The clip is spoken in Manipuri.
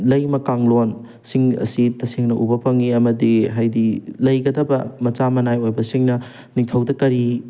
ꯂꯩꯃ ꯀꯥꯟꯂꯣꯟ ꯁꯤꯡ ꯑꯁꯤ ꯇꯁꯦꯡꯅ ꯎꯕ ꯐꯪꯉꯤ ꯑꯃꯗꯤ ꯍꯥꯏꯗꯤ ꯂꯩꯒꯗꯕ ꯃꯆꯥ ꯃꯅꯥꯏ ꯑꯣꯏꯕꯁꯤꯡꯅ ꯅꯤꯡꯊꯧꯗ ꯀꯔꯤ